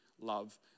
love